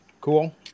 Cool